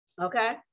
okay